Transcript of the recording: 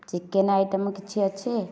chicken item କିଛି ଅଛି